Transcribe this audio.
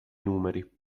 numeri